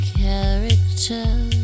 character